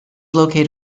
located